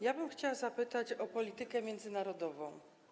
Ja bym chciała zapytać o politykę międzynarodową.